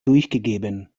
durchgegeben